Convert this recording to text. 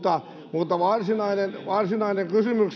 mutta varsinainen kysymykseni liittyy siihen